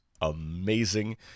amazing